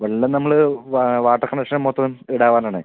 വെള്ളം നമ്മള് വാ വാട്ടർ കണക്ഷൻ മൊത്തം ഇടാൻ പറഞ്ഞതാണേ